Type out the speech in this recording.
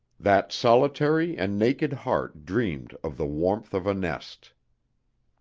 that solitary and naked heart dreamed of the warmth of a nest.